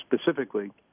specifically